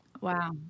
Wow